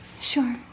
sure